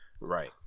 right